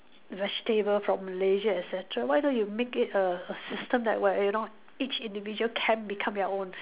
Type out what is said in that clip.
vegetable from Malaysia et cetera why don't you make it a a system that where you know each individual can become their own